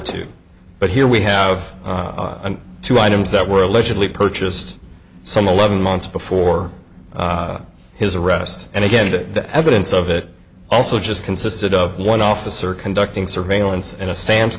two but here we have and two items that were allegedly purchased some eleven months before his arrest and again that evidence of it also just consisted of one officer conducting surveillance at a sam's